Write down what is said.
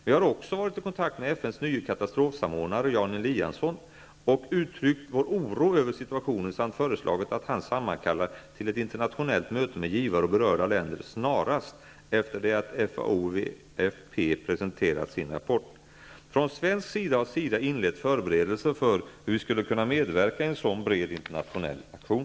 Vi har också varit i kontakt med FN:s nye katastrofsamordnare Jan Eliasson och uttryckt vår oro över situationen samt föreslagit att han sammankallar till ett internationellt möte med givare och berörda länder snarast efter det att FAO/WFP presenterat sin rapport. Från svensk sida har SIDA inlett förberedelser för hur vi skulle kunna medverka i en sådan bred, internationell aktion.